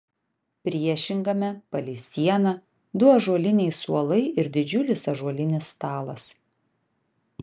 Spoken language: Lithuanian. priešingame palei sieną du ąžuoliniai suolai ir didžiulis ąžuolinis stalas